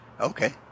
Okay